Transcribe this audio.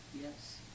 Yes